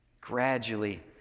Gradually